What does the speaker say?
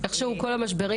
איך שהוא כל המשברים,